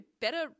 better